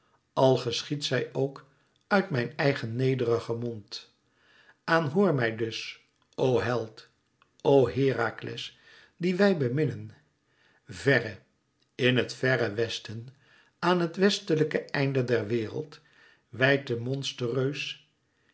al geschiedt zij ook uit mijn eigen nederigen mond aanhoor mij dus o held o herakles dien wij beminnen verre in het verre westen aan het westelijke einde der wereld weidt de